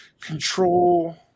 control